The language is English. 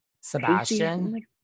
Sebastian